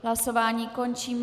Hlasování končím.